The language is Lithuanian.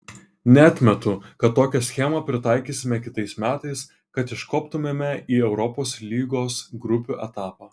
neatmetu kad tokią schemą pritaikysime kitais metais kad iškoptumėme į europos lygos grupių etapą